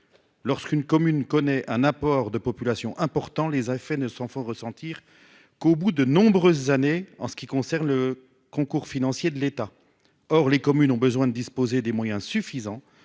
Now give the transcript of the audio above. Lorsqu'une commune connaît un apport de population importants, les effets ne s'en font ressentir qu'au bout de nombreuses années en ce qui concerne le concours financier de l'État. Or, les communes ont besoin de disposer des moyens suffisants